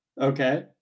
Okay